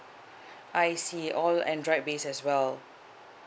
I see all android base as well